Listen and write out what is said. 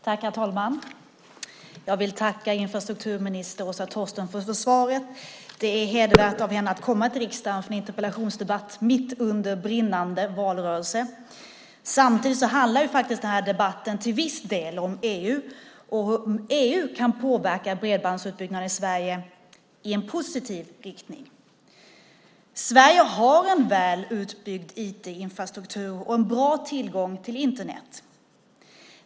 Herr talman! Jag vill tacka infrastrukturminister Åsa Torstensson för svaret. Det är hedervärt av henne att komma till riksdagen för en interpellationsdebatt mitt under brinnande valrörelse. Samtidigt handlar faktiskt den här debatten till viss del om EU och hur EU kan påverka bredbandsutbyggnaden i Sverige i en positiv riktning. Sverige har en väl utbyggd IT-infrastruktur och en bra tillgång till Internet.